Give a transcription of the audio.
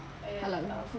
halal